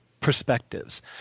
perspectives